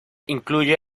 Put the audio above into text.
incluye